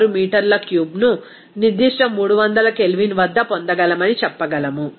6 మీటర్ల క్యూబ్ను నిర్దిష్ట 300 K వద్ద పొందగలమని చెప్పగలం